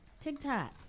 TikTok